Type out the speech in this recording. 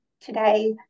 today